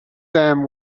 them